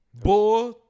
Boy